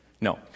No